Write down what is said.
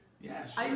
yes